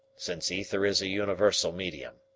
since ether is a universal medium.